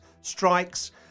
strikes